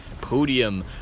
podium